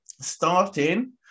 Starting